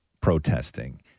protesting